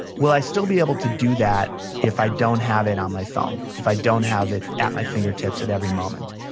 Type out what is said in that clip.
will i still be able to do that if i don't have it on my phone, if i don't have it at my fingertips at every moment?